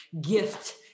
gift